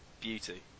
Beauty